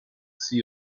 see